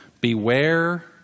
beware